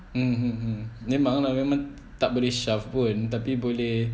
mm hmm hmm memang lah memang tak boleh shaft pun tapi boleh